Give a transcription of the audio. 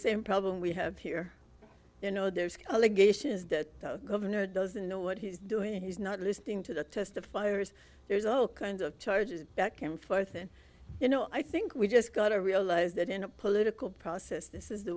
same problem we have here you know there's a legation is that the governor doesn't know what he's doing he's not listening to the testifiers there's all kinds of charges back and forth and you know i think we just got to realize that in a political process this is the